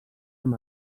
amb